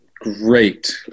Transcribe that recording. great